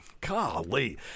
golly